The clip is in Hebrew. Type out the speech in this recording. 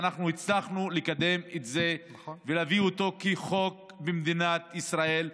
ואנחנו הצלחנו לקדם את זה ולהביא את זה כחוק במדינת ישראל,